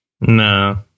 no